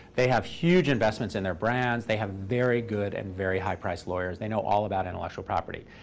they have huge investments in their brands. they have very good and very high-priced lawyers. they know all about intellectual property.